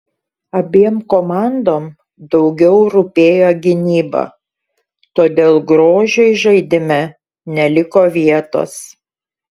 abiem komandom daugiau rūpėjo gynyba todėl grožiui žaidime neliko vietos